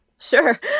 Sure